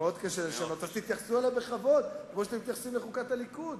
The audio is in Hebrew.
אז תתייחסו אליו בכבוד כמו שאתם מתייחסים לחוקת הליכוד.